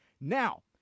Now